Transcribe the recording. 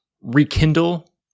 rekindle